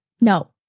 No